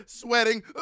Sweating